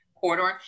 corridor